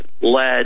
led